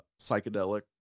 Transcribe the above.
psychedelic